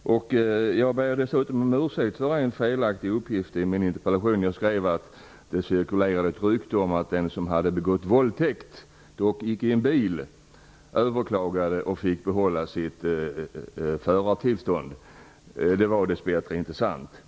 Jag ber om ursäkt för en felaktig uppgift i min interpellation. Jag skrev att det cirkulerar ett rykte om att en person som hade begått en våldtäkt, dock icke i en bil, överklagade och fick behålla sitt förartillstånd. Det var dess bättre inte sant.